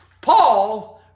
Paul